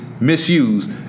misused